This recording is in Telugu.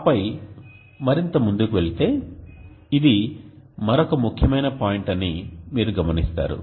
ఆపై మరింత ముందుకు వెళితే ఇది మరొక ముఖ్యమైన పాయింట్ అని మీరు గమనిస్తారు